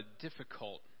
difficult